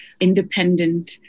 independent